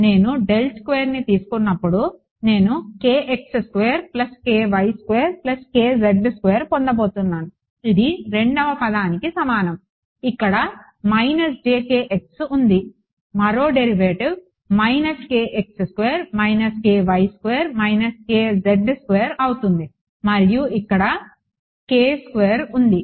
నేను డెల్ స్క్వేర్ని తీసుకున్నప్పుడు నేను పొందబోతున్నాను ఇది రెండవ పదానికి సమానం ఇక్కడ ఉంది మరో డెరివేటివ్ మైనస్ అవుతుంది మరియు ఇక్కడ ఉంది